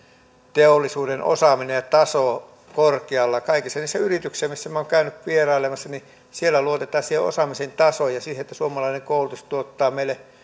teollisuuden osaaminen ja taso korkealla kaikissa niissä yrityksissä missä minä olen käynyt vierailemassa luotetaan siihen osaamisen tasoon ja siihen että suomalainen koulutus tuottaa meille